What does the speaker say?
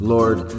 Lord